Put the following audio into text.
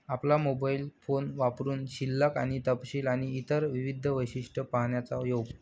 आपला mobile phone वापरुन शिल्लक आणि तपशील आणि इतर विविध वैशिष्ट्ये पाहण्याचा योग